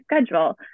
schedule